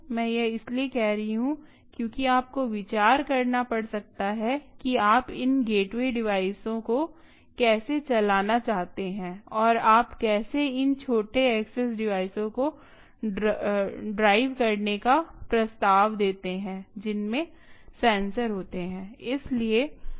मैं यह इसलिए कह रही हूं क्योंकि आपको विचार करना पड़ सकता है कि आप इन गेटवे डिवाइसों को कैसे चलाना चाहते हैं और आप कैसे इन छोटे एक्सेस डिवाइसों को ड्राइव करने का प्रस्ताव देते हैं जिनमें सेंसर होते हैं